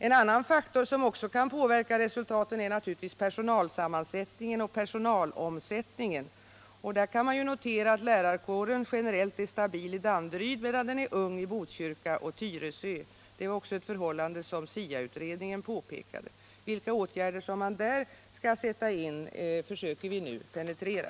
En annan faktor som kan påverka resultatet är naturligtvis personalsammansättningen och personalomsättningen. Där kan man notera att lärarkåren generellt är stabil i Danderyd men ung i Botkyrka och Tyresö, ett förhållande som också SIA-utredningen påpekade. Vilka åtgärder som man där skall sätta in försöker vi nu penetrera.